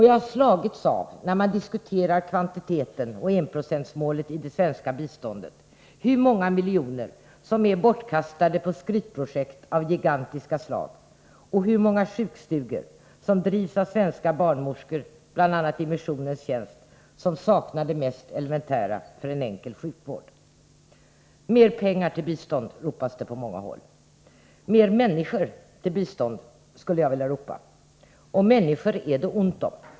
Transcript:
Jag har slagits av, när man diskuterar kvantiteten och enprocentsmålet i det svenska biståndet, hur många miljoner som är bortkastade på skrytprojekt av gigantiska slag, och hur många sjukstugor som drivs av svenska barnmorskor bl.a. i missionens tjänst, som saknar det mest elementära för en enkel sjukvård. Mer pengar till biståndet, ropas det på många håll. Mer människor till bistånd, skulle jag vilja ropa. Och människor är det ont om.